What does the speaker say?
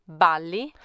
balli